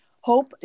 Hope